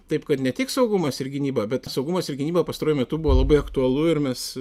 taip kad ne tik saugumas ir gynyba bet saugumas ir gynyba pastaruoju metu buvo labai aktualu ir mes